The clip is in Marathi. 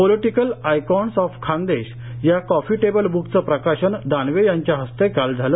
पोलिटिकल आयकॉन्स आफ खान्देश या कॉफी टेबल ब्कचं प्रकाशन दानवे यांच्या हस्ते काल झालं